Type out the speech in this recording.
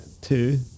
two